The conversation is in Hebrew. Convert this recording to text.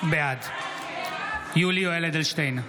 בעד יולי יואל אדלשטיין,